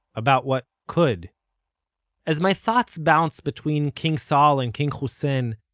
about what could as my thoughts bounce between king saul and king hussein,